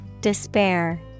Despair